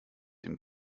dem